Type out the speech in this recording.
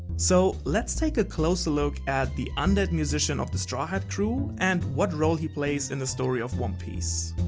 so, let's take a closer look at the undead musician of the straw-hat crew and what role he plays in the story of one piece.